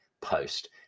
post